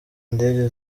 ndege